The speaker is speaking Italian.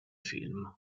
film